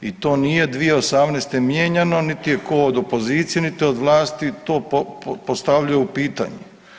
I to nije 2018. mijenjano niti je tko od opozicije niti od vlasti to postavljao u pitanje.